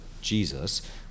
Jesus